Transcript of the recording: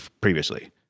previously